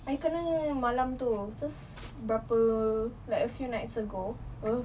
I kena malam itu just berapa like a few nights ago ugh